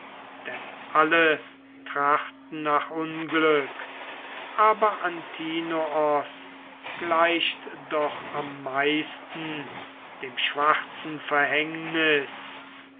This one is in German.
denn alle trachten nach unglück aber antinoos gleicht doch am meisten dem schwarzen verhängnis